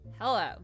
Hello